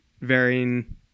varying